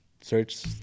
search